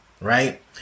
right